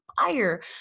fire